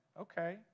okay